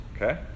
Okay